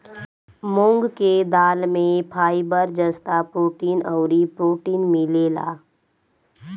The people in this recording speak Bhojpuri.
मूंग के दाल में फाइबर, जस्ता, प्रोटीन अउरी प्रोटीन मिलेला